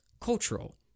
cultural